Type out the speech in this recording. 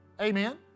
Amen